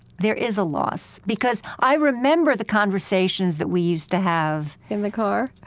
there is a loss, because i remember the conversations that we used to have in the car?